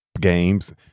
games